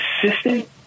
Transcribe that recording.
consistent